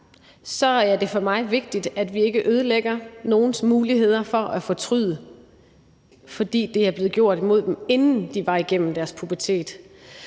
er det for mig vigtigt, at vi ikke ødelægger nogens muligheder for at fortryde, fordi det er blevet gjort imod dem, inden de var igennem deres pubertet.